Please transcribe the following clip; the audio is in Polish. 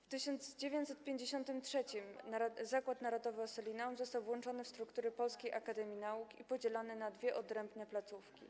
W 1953 r. Zakład Narodowy im. Ossolińskich został włączony w struktury Polskiej Akademii Nauk i podzielony na dwie odrębne placówki.